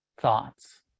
thoughts